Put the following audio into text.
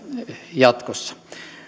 jatkossa